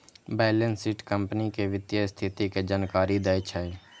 balance sheet company के वित्तीय स्थिति के जानकारी दै छै